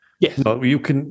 Yes